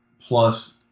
plus